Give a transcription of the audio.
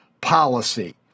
policy